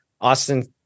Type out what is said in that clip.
Austin